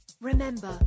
remember